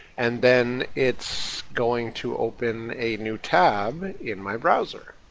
and then it's going to open a new tab in my browser,